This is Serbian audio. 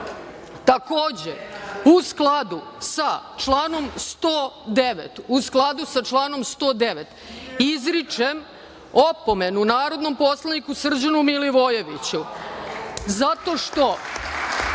vam. Takođe, u skladu sa članom 109, izričem opomenu narodnom poslaniku Srđanu Milivojeviću, zato što